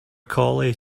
collie